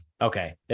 Okay